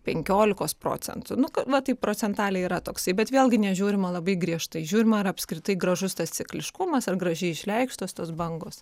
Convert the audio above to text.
penkiolikos procentų nu va taip procentaliai yra toksai bet vėlgi nežiūrima labai griežtai žiūrima ar apskritai gražus tas cikliškumas ar gražiai išreikštos tos bangos